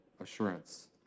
assurance